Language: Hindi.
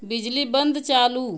बिजली बंद चालू